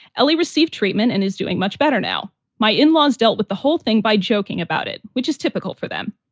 ellie received treatment and is doing much better now. my in-laws dealt with the whole thing by joking about it, which is typical for them.